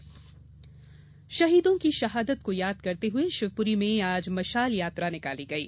मशाल यात्रा शहीदों की शहादत को याद करते हुए शिवपुरी में आज मशाल यात्रा निकाली गयी